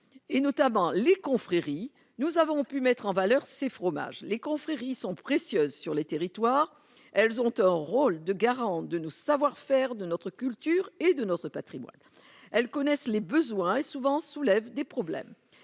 et notamment les confréries, nous avons pu mettre en valeur ses fromages, les confréries sont précieuses sur les territoires, elles ont un rôle de garant de nos savoir-faire, de notre culture et de notre Patrimoine, elles connaissent les besoins et souvent soulève des problèmes,